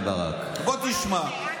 בוא תשמע, בוא תשמע, רם בן ברדק, בוא תשמע.